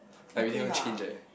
okay lah